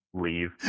leave